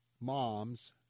moms